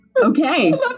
Okay